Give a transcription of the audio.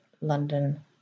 London